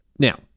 Now